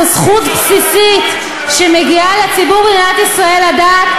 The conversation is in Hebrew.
זו זכות בסיסית שמגיעה לציבור במדינת ישראל לדעת,